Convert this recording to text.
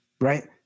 right